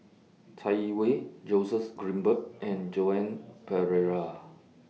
Chai Yee Wei Joseph Grimberg and Joan Pereira